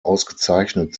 ausgezeichnet